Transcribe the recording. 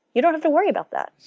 you don't have to worry about that,